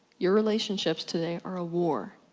your relationships today are a war.